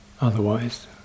Otherwise